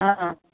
ꯑꯥ